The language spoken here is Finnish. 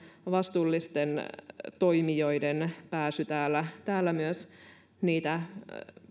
vastuullisten toimijoiden pääsyn täällä täällä myös niitä